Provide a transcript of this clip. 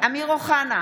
אמיר אוחנה,